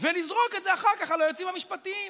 ולזרוק את זה אחר כך על היועצים המשפטיים.